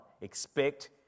Expect